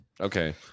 Okay